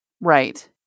right